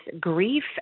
grief